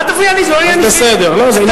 אל תפריע לי, זה לא עניין אישי.